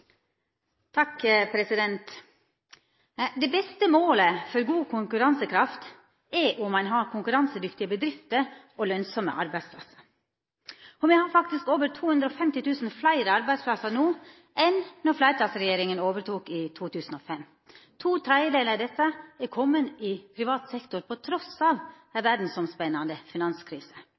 Det beste målet for god konkurransekraft er om ein har konkurransedyktige bedrifter og lønsame arbeidsplassar. Me har faktisk over 250 000 fleire arbeidsplassar no enn då fleirtalsregjeringa overtok i 2005. To tredelar av desse har kome i privat sektor, trass i ei verdsomspennande finanskrise.